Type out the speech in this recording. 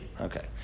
Okay